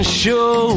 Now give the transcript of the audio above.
show